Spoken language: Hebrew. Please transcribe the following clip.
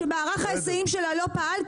שמערך ההיסעים שלה לא פעל,